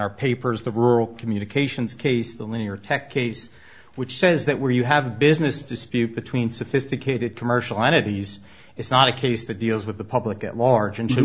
our papers the rural communications case the linear tech case which says that where you have a business dispute between sophisticated commercial entities is not a case that deals with the public at large and